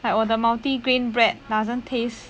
like 我的 multi grain bread doesn't taste